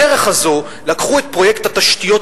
בדרך הזו לקחו את פרויקט התשתיות,